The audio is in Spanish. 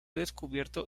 descubierto